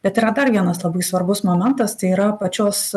bet yra dar vienas labai svarbus momentas tai yra pačios